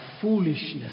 foolishness